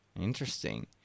interesting